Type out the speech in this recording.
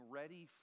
ready